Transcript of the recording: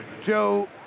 Joe